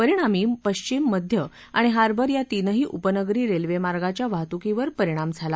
परिणामी पश्विम मध्य आणि हार्बर या तीनही उपनगरी रेल्वे मार्गाच्या वाहतुकीवर परिणाम झाला